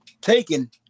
taken